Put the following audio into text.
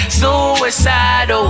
Suicidal